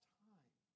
time